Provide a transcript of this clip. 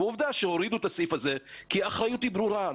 ועובדה שהורידו את הסעיף הזה כי האחריות היא ברורה.